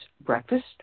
breakfast